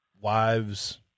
wives